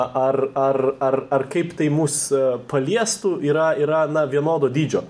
ar ar ar ar kaip tai mus paliestų yra yra na vienodo dydžio